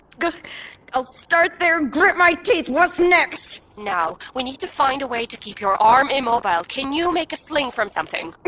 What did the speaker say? i'll start there, grit my teeth. what's next? now, we need to find a way to keep your arm immobile. can you make a sling from something?